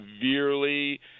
severely